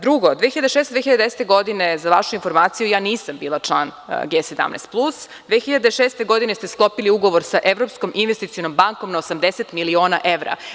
Drugo, 2006. godine, 2010. godine, za vašu informaciju, ja nisam bila član G17 plus, 2006. godine ste sklopili ugovor sa Evropskominvesticionom bankom na 80 miliona evra.